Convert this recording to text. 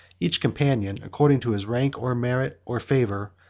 each companion, according to his rank, or merit, or favor,